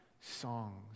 songs